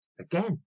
again